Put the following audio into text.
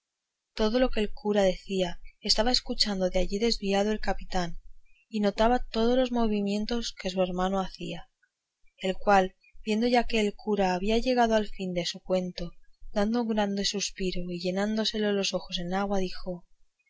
todo lo que el cura decía estaba escuchando algo de allí desviado el capitán y notaba todos los movimientos que su hermano hacía el cual viendo que ya el cura había llegado al fin de su cuento dando un grande suspiro y llenándosele los ojos de agua dijo